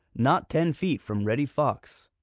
not ten feet from reddy fox.